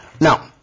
Now